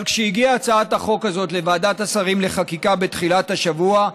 אבל כשהגיעה הצעת החוק הזאת לוועדת השרים לחקיקה בתחילת השבוע,